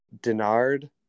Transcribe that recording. Denard